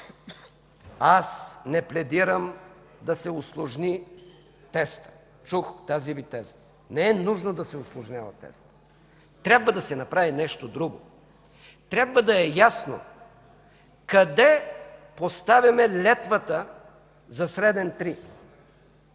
Аз не пледирам да се усложни тестът, чух тази Ви теза. Не е нужно да се усложнява тестът. Трябва да се направи нещо друго. Трябва да е ясно къде поставяме летвата за „среден 3”.